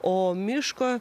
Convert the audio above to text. o miško